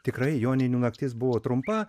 tikrai joninių naktis buvo trumpa